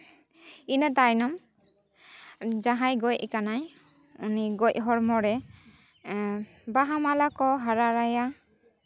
ᱤᱱᱟᱹ ᱛᱟᱭᱱᱚᱢ ᱡᱟᱦᱟᱸᱭ ᱜᱚᱡ ᱠᱟᱱᱟᱭ ᱩᱱᱤ ᱜᱚᱡ ᱦᱚᱲᱢᱚ ᱨᱮ ᱵᱟᱦᱟ ᱢᱟᱞᱟ ᱠᱚ ᱦᱟᱨᱟᱲ ᱟᱭᱟ